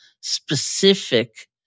specific